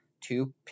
two